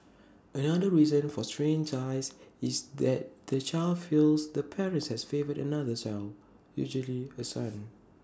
another reason for strained ties is that the child feels the parent has favoured another son usually A son